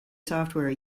software